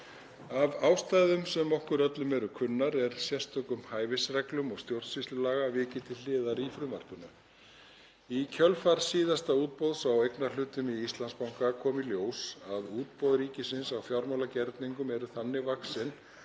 Af ástæðum sem okkur öllum eru kunnar er sérstökum hæfisreglum stjórnsýslulaga vikið til hliðar í frumvarpinu. Í kjölfar síðasta útboðs á eignarhlutum í Íslandsbanka kom í ljós að útboð ríkisins á fjármálagerningum eru þannig vaxin